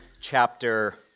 chapter